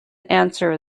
answer